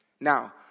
Now